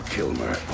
Kilmer